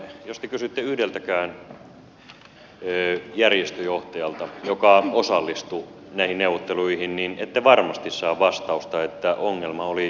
jos te kysytte yhdeltäkään järjestöjohtajalta joka osallistui näihin neuvotteluihin niin ette varmasti saa vastausta että ongelma oli luottamuspula hallitukseen